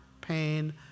pain